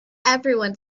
everyone